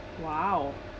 !wow!